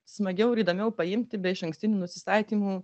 smagiau ir įdomiau paimti be išankstinių nusistatymų